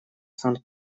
санкт